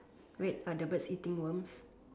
wait are the birds sitting worms